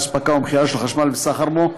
הספקה ומכירה של חשמל וסחר בו,